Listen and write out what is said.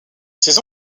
ses